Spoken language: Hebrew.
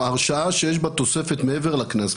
כלומר, הרשעה שיש בה תוספת מעבר לקנס.